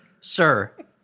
sir